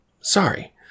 sorry